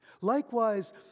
Likewise